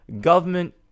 government